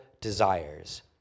desires